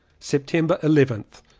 september eleventh.